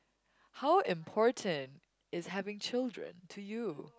how important is having children to you